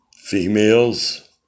Females